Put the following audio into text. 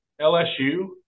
LSU